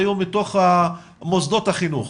היו מתוך מוסדות החינוך.